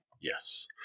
Yes